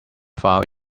file